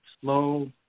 slow